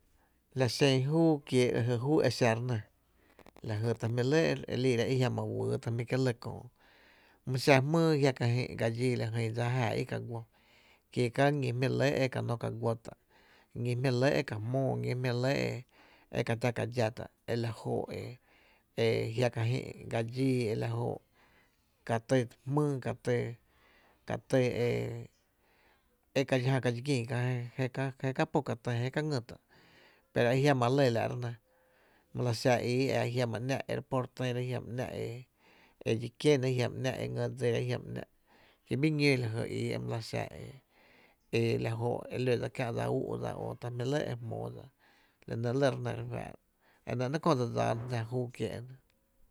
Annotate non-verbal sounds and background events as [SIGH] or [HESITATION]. La xen júú kiee’ lajy júú e xa re nɇ lajy ta jmí’ lɇ e liira jiama wýy ta jmí’ lɇ köö my xa jmýý a jiá’ ka jï’ ga dxíí la jyn dsa jáaá i ka guó kí ka ñí e jmí’ ka guó’ tá’, ñí jmíí’ re lɇ e ka jmóó, ñí jmí’ re lɇ e ka tⱥ ka dxá tá’ e la jó’ e jia’ kajï’ ga dxíí e la jó’ Katy jmýý ka ty, katý e [HESITATION] e ka dxi jä ka dxi gín kä jé ka pó ka tÿ tá’ pero ajiama lɇ la’ re nɇ my lɇ xa jia’ ii e jiama ‘nⱥ’ re po re týra jiama ‘nⱥ’ e edxi kiéna, jiama ‘nⱥ’ e ngy dsira jiama ‘nⱥ’ ki bii ñoo lajy ii e my la xa e la jóó’ e ló dsa kiä’ dsa úú’dsa ta jmí’ e jmóó dsa, la nɇ lɇ re nɇ re fá’ra, la nɇ ‘nɇɇ’ kö dse dsáána e kie’ enɇ.